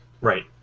Right